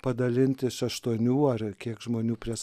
padalinti su aštuonių ar kiek žmonių prie